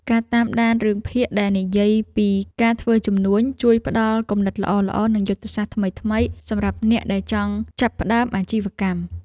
ការតាមដានរឿងភាគដែលនិយាយពីការធ្វើជំនួញជួយផ្ដល់គំនិតល្អៗនិងយុទ្ធសាស្ត្រថ្មីៗសម្រាប់អ្នកដែលចង់ចាប់ផ្ដើមអាជីវកម្ម។